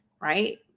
right